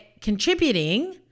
contributing